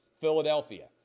Philadelphia